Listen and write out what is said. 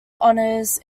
honors